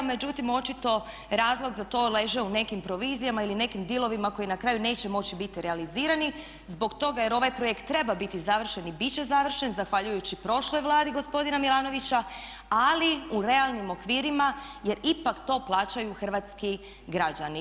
Međutim, očito razlog za to leže u nekim provizijama ili nekim dilovima koji na kraju neće moći biti realizirani zbog toga jer ovaj projekt treba biti završen i bit će završen zahvaljujući prošloj Vladi gospodina Milanovića ali u realnim okvirima jer ipak to plaćaju hrvatski građani.